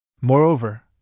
Moreover